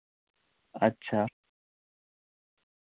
अच्छा